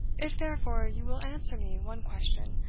if, therefore, you will answer me one question,